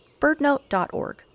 birdnote.org